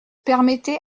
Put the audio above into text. permettez